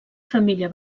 família